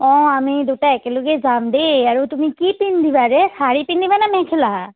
অঁ আমি দুটা একেলগে যাম দেই আৰু তুমি কি পিন্ধিবা ৰে শাৰী পিন্ধিবা ন মেখেলা